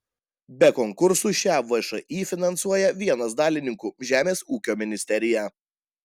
be konkursų šią všį finansuoja vienas dalininkų žemės ūkio ministerija